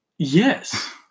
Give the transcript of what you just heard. Yes